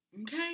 Okay